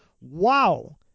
Wow